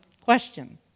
question